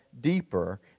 deeper